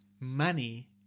money